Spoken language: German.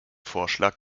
vorschlag